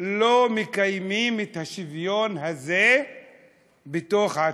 לא מקיימים את השוויון הזה בתוך עצמנו.